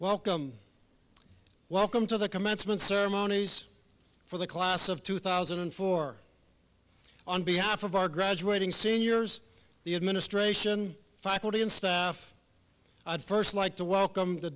welcome welcome to the commencement ceremonies for the class of two thousand and four on behalf of our graduating seniors the administration faculty and staff first like to welcome t